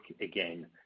again